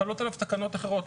חלות עליו תקנות אחרות,